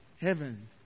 Heaven